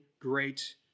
great